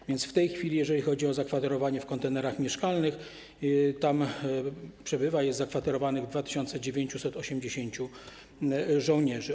A więc w tej chwili, jeżeli chodzi o zakwaterowanie w kontenerach mieszkalnych, przebywa w nich, jest zakwaterowanych 2980 żołnierzy.